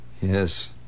Yes